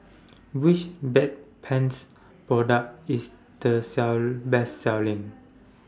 Which Bedpans Product IS The Best Selling